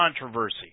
controversy